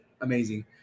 Amazing